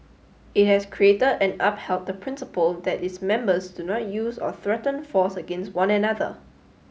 it has created and upheld the principle that its members do not use or threaten force against one another